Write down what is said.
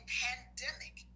pandemic